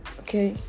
okay